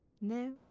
No